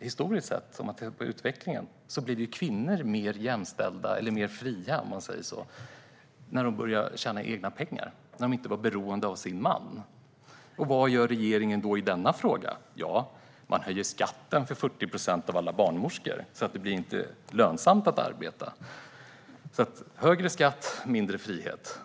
Historiskt sett blir kvinnor mer jämställda och fria när de börjar tjäna egna pengar och inte längre är beroende av sin man. Vad gör regeringen då i denna fråga? Jo, man höjer skatten för 40 procent av alla barnmorskor, så att det inte blir lönsamt att arbeta. Högre skatt - mindre frihet.